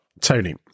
Tony